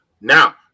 Now